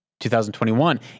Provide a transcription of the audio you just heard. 2021